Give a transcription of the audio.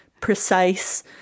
precise